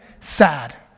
sad